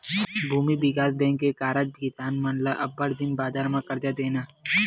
भूमि बिकास बेंक के कारज किसान मन ल अब्बड़ दिन बादर म करजा देना